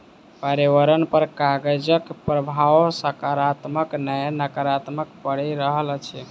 पर्यावरण पर कागजक प्रभाव साकारात्मक नै नाकारात्मक पड़ि रहल अछि